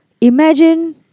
Imagine